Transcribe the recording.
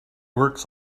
works